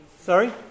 Sorry